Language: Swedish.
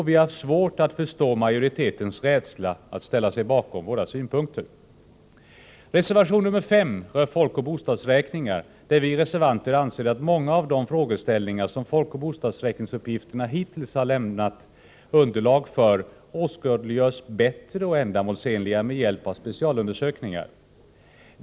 Vi har haft svårt att förstå majoritetens rädsla att ställa sig bakom våra synpunkter. Reservation 5 rör folkoch bostadsräkningar. Vi reservanter anser att många av de frågeställningar som folkoch bostadsräkningarna hittills lämnat underlag för åskådliggörs bättre och ändamålsenligare med specialundersökningar.